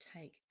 take